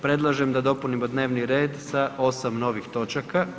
Predlažem da dopunimo dnevni red sa 8 novih točaka.